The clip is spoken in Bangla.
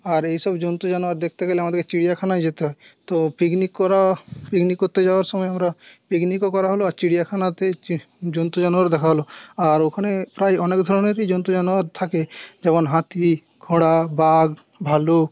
আর এইসব জন্তু জানোয়ার দেখতে গেলে আমাদের চিড়িয়াখানা যেতে হয় তো পিকনিক করা পিকনিক করতে যাওয়ার সময় আমরা পিকনিকও করা হল আর চিড়িয়াখানাতে জন্তু জানোয়ারও দেখা হল আর ওখানে প্রায় অনেক ধরণেরই জন্তু জানোয়ার থাকে যেমন হাতি ঘোড়া বাঘ ভাল্লুক